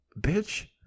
Bitch